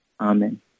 Amen